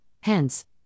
hence